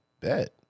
Bet